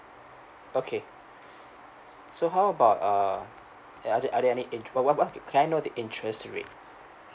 okay so how about uh are there are there in~ can I know the interest rate